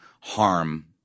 harm